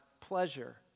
pleasure